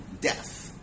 death